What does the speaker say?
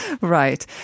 right